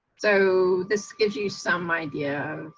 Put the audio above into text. so this gives you some idea.